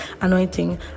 anointing